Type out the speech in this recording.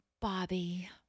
Bobby